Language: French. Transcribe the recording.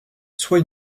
soit